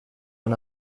run